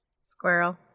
Squirrel